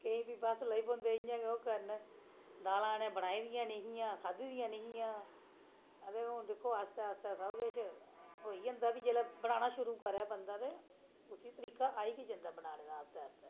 केईं ते बस इ'यां गै लग्गी पौंदे ओह् करन दालां इ'नें बनाई दियां नेईं हियां खाद्धी दी नेईं हियां हून दिक्खो आस्तै आस्तै सब किश होई जंदा फ्ही जिसलै बनाना शुरु करै बंदा उसी तरीका आई गै जंदा बनाने दा आस्तै आस्तै